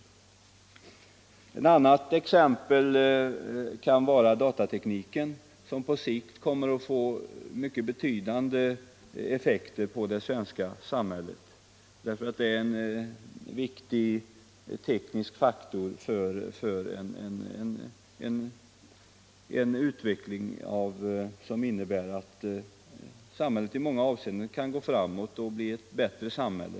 49 Ett annat exempel kan vara datatekniken som på sikt kommer att få mycket betydande effekter på det svenska samhället. Det är en viktig teknisk faktor i utvecklingen. Den innebär att samhället i många avseenden kan gå framåt och bli ett bättre samhälle.